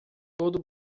todo